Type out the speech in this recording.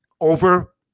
over